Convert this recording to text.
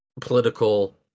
political